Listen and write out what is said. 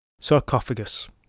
Sarcophagus